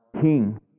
King